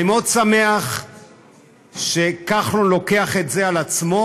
אני מאוד שמח שכחלון לוקח את זה על עצמו,